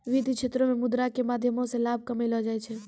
वित्तीय क्षेत्रो मे मुद्रा के माध्यमो से लाभ कमैलो जाय छै